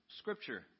Scripture